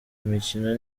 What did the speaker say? mikino